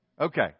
Okay